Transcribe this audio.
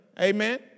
Amen